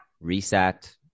reset